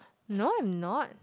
no I'm not